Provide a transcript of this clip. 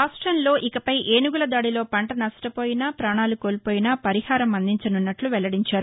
రాష్టంలో ఇకపై ఏనుగుల దాడిలో పంట నష్లపోయినా ప్రాణాలు కోల్పోయినా పరిహారం అందించనున్నట్లు వెల్లడించారు